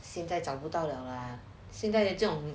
现在找不到了啊现在这种